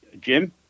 Jim